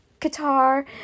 Qatar